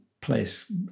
place